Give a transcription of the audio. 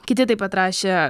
kiti taip pat rašė